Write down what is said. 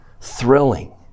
thrilling